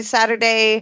Saturday